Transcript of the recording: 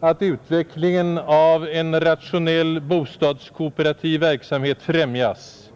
att utvecklingen av en rationell bostadskooperativ verksamhet främjas.